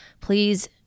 please